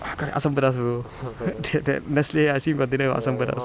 ah kari asam pedas bro that that nestle ice cream container got asam pedas